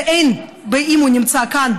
בין אם הוא נמצא כאן,